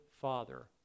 father